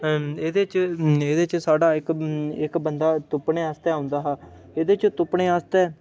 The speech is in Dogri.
एह्दे च एह्दे च साढ़ा इक इक बंदा तुप्पने आस्तै औंंदा हा एह्दे च तुप्पने आस्तै